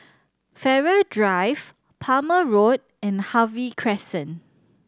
Farrer Drive Palmer Road and Harvey Crescent